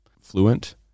fluent